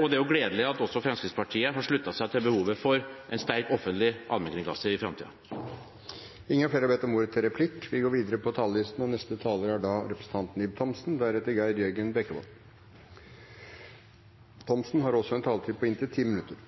og det er gledelig at også Fremskrittspartiet har sluttet seg til behovet for en sterk offentlig allmennkringaster i framtiden. Replikkordskiftet er over. Hva skal vi med en allmennkringkaster? Hva skal vi med et mediemangfold, og hvordan definerer vi mediemangfold? Er det det at vi bruker 4–5 mrd. offentlige kroner på